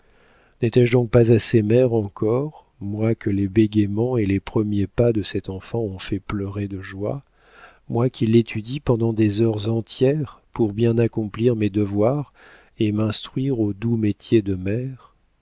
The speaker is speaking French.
n'étais-je donc pas assez mère encore moi que les bégaiements et les premiers pas de cet enfant ont fait pleurer de joie moi qui l'étudie pendant des heures entières pour bien accomplir mes devoirs et m'instruire au doux métier de